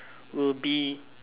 will be